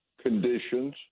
conditions